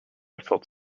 felt